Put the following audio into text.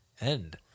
end